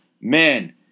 man